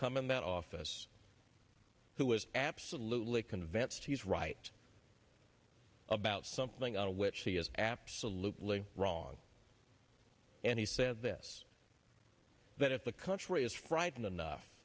come in that office who is absolutely convinced he's right about something on which he is absolutely wrong and he said this that if the country is frightened enough